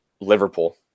Liverpool